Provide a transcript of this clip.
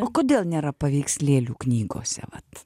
o kodėl nėra paveikslėlių knygose vat